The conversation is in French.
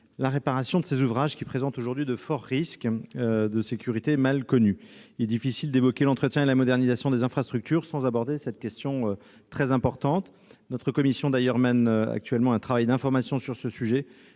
la réparation de ces ouvrages, qui présentent aujourd'hui de forts risques en termes de sécurité, mal connus. Il est difficile d'évoquer l'entretien et la modernisation des infrastructures sans aborder cette question très importante. Notre commission mène d'ailleurs actuellement un travail d'information sur ce sujet,